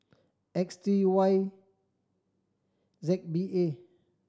X three Y Z B A